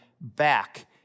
back